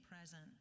present